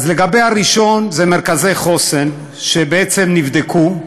אז לגבי הראשון, זה מרכזי חוסן, שבעצם נבדקו,